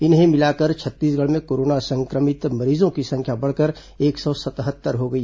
इन्हें मिलाकर छत्तीसगढ़ में कोरोना संक्रमितों मरीजों की संख्या बढ़कर एक सौ सतहत्तर हो गई